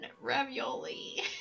ravioli